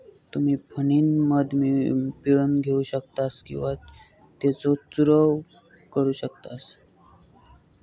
तुम्ही फणीनं मध पिळून घेऊ शकतास किंवा त्येचो चूरव करू शकतास